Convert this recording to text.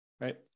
right